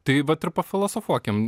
tai vat ir pafilosofuokim